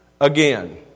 again